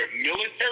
military